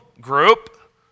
group